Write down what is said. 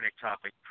topic